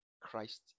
Christ